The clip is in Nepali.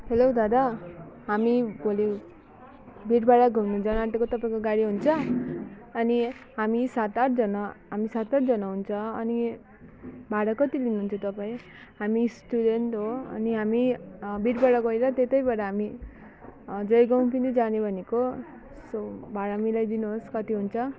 हेलो दादा हामी भोलि वीरपाडा घुम्नु जानु आँटेको तपाईँको गाडी हुन्छ अनि हामी सात आठजना हामी सात आठजना हुन्छ अनि भाडा कति लिनुहुन्छ तपाईँ हामी स्टुडेन्ट हो अनि हामी वीरपाडा गएर त्यत्तैबाट हामी जयगाउँ पनि जाने भनेको सो भाडा मिलाइदिनु होस् कति हुन्छ